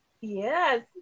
yes